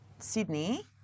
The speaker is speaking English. Sydney